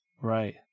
right